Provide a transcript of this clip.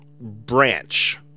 Branch